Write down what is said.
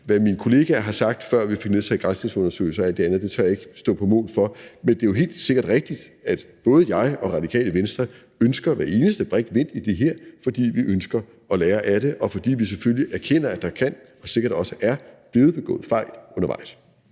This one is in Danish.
Hvad mine kollegaer har sagt, før vi fik nedsat en granskningskommission og alt det andet, tør jeg ikke stå på mål for. Men det er jo helt rigtigt, at både jeg og Radikale Venstre ønsker hver eneste brik vendt i det her, fordi vi ønsker at lære af det, og fordi vi selvfølgelig erkender, at der kan begås og sikkert også er blevet begået fejl undervejs.